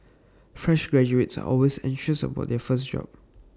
fresh graduates are always anxious about their first job